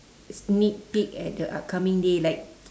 sneak peep at the upcoming day like